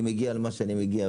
אני מגיע למה שאני מגיע לבד.